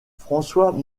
françois